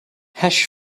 hash